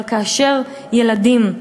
אבל כאשר ילדים,